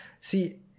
see